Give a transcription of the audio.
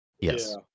Yes